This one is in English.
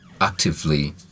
actively